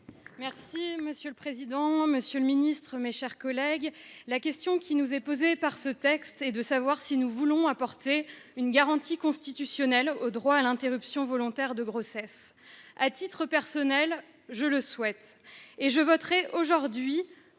Monsieur le président, monsieur le garde des sceaux, mes chers collègues, la question qui nous est posée par ce texte est la suivante : voulons-nous apporter une garantie constitutionnelle au droit à l'interruption volontaire de grossesse ? À titre personnel, je le souhaite et je voterai aujourd'hui,